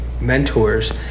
mentors